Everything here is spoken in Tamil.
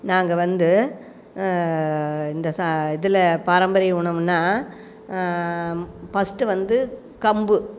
நாங்கள் வந்து இந்த இதில் பாரம்பரியம் உணவுனா ஃபர்ஸ்ட் வந்து கம்பு